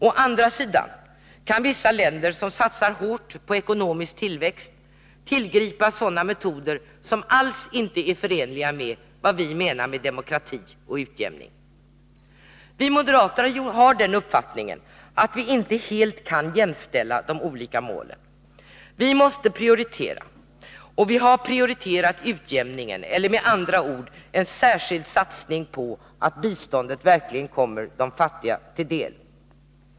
Å andra sidan kan vissa länder, som satsar hårt på ekonomisk tillväxt, tillgripa sådana metoder som alls inte är förenliga med vad vi menar med demokrati eller utjämning. Vi moderater har den uppfattningen att man inte helt kan jämställa de olika målen. Vi måste prioritera, och vi har prioriterat utjämningen eller, med andra ord, en särskild satsning på att biståndet verkligen kommer de fattiga till del.